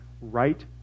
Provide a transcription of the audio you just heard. right